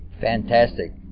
Fantastic